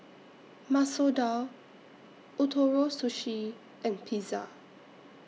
Masoor Dal Ootoro Sushi and Pizza